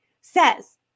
says